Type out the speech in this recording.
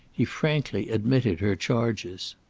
he frankly admitted her charges.